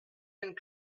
and